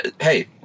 Hey